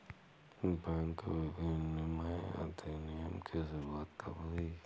Bank विनियमन अधिनियम की शुरुआत कब हुई?